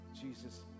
Jesus